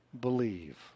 believe